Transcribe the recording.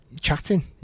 chatting